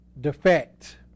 Defect